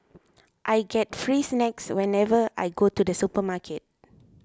I get free snacks whenever I go to the supermarket